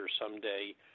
someday